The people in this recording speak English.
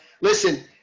Listen